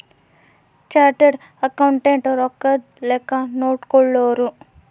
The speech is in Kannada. ಚಾರ್ಟರ್ಡ್ ಅಕೌಂಟೆಂಟ್ ರೊಕ್ಕದ್ ಲೆಕ್ಕ ನೋಡ್ಕೊಳೋರು